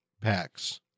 packs